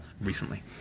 recently